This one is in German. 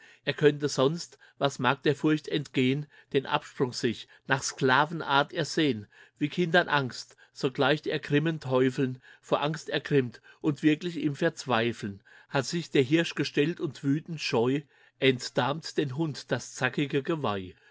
er könnte sonst was mag der furcht entgehn den absprung sich nach sklavenart ersehn wie kindern angst so gleicht ergimmen teufeln vor angst ergrimmt und wirklich im verzweifeln hat sich der hirsch gestellt und wütend scheu entdarmt den hund das zackige geweih